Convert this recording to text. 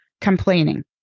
complaining